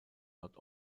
nord